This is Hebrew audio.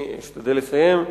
אשתדל לסיים.